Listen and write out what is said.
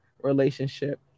relationship